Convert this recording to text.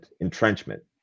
entrenchment